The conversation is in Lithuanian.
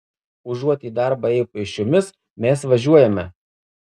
užuot į darbą ėję pėsčiomis mes važiuojame